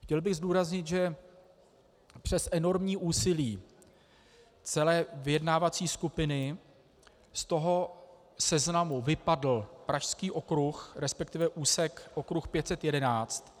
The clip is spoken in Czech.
Chtěl bych zdůraznit, že přes enormní úsilí celé vyjednávací skupiny z toho seznamu vypadl Pražský okruh, resp. úsek okruh 511.